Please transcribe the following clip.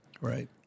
Right